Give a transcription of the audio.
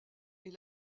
est